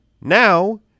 Now